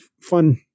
fun